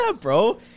bro